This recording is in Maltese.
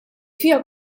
fiha